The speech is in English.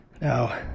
Now